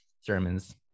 sermons